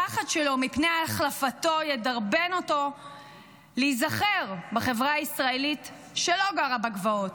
הפחד שלו מפני החלפתו ידרבן אותו להיזכר בחברה הישראלית שלא גרה בגבעות.